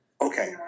Okay